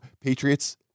Patriots